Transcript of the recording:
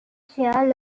shire